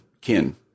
kin